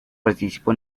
participó